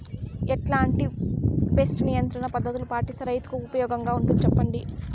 ఎట్లాంటి పెస్ట్ నియంత్రణ పద్ధతులు పాటిస్తే, రైతుకు ఉపయోగంగా ఉంటుంది సెప్పండి?